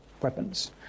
weapons